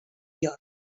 york